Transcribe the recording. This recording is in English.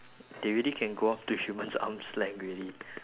they already can grow up to human arms length already